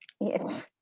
Yes